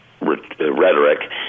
rhetoric